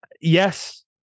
Yes